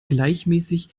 gleichmäßig